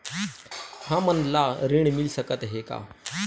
हमन ला ऋण मिल सकत हे का?